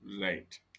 Right